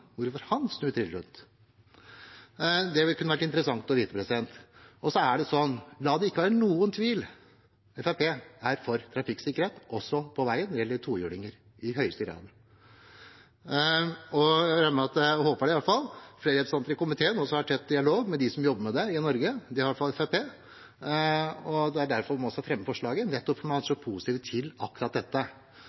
hvorfor statsråden snur trill rundt. Det kunne vært interessant å vite. La det ikke være noen tvil: Fremskrittspartiet er for trafikksikkerhet på veien også når det gjelder tohjulinger, i høyeste grad. Jeg regner med – jeg håper, iallfall – at flere representanter i komiteen også har tett dialog med dem som jobber med det i Norge. Det har i hvert fall Fremskrittspartiet. Det er derfor man også fremmer forslaget, nettopp fordi man er så positiv til akkurat dette